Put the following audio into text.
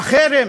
החרם